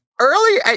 early